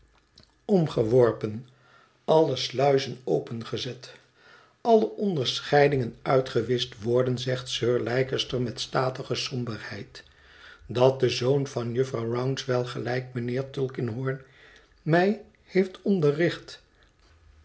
omgeworpen alle sluizen opengezet alle onderscheidingen uitgewischt worden zegt sir leicester met statige somberheid dat de zoon van jufvrouw rouncewell gelijk mijnheer tulkinghorn mij heeft